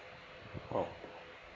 oh